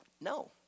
no